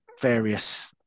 various